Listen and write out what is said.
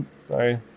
sorry